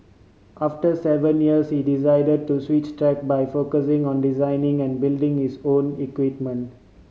after seven years he decide to switch tack by focusing on designing and building his own equipment